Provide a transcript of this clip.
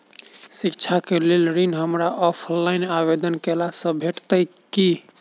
शिक्षा केँ लेल ऋण, हमरा ऑफलाइन आवेदन कैला सँ भेटतय की?